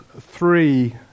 three